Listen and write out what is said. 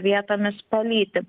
vietomis palyti